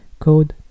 code